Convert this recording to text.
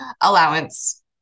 allowance